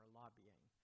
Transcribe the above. lobbying